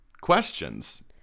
questions